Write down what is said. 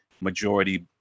majority